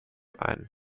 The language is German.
ein